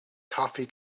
toffee